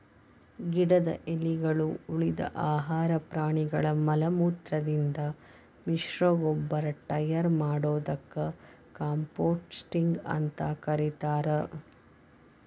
ಗಿಡದ ಎಲಿಗಳು, ಉಳಿದ ಆಹಾರ ಪ್ರಾಣಿಗಳ ಮಲಮೂತ್ರದಿಂದ ಮಿಶ್ರಗೊಬ್ಬರ ಟಯರ್ ಮಾಡೋದಕ್ಕ ಕಾಂಪೋಸ್ಟಿಂಗ್ ಅಂತ ಕರೇತಾರ